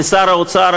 לשר האוצר,